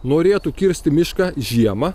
norėtų kirsti mišką žiemą